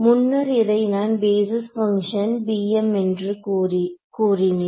முன்னர் இதை நான் பேஸிஸ் பங்ஷன் என்று கூறினேன்